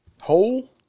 Hole